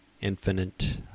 infinite